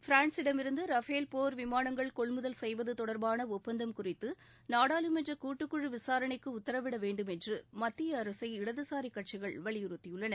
பிரான்சிடமிருந்து Rafale போர் விமானங்கள் கொள்முதல் செய்வது தொடர்பான ஒப்பந்தம் குறித்து நாடாளுமன்ற கூட்டுக்குழு விசாரணக்கு உத்தரவிட வேன்டுமென்று மத்திய அரசை இடதுசாரி கட்சிகள் வலியுறுத்தியுள்ளன